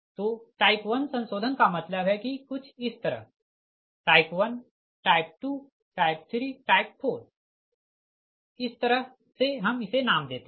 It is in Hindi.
तो टाइप 1 संशोधन का मतलब है कि कुछ इस तरह टाइप 1 टाइप 2 टाइप 3 टाइप 4 इस तरह से हम इसे नाम देते है